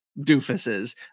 doofuses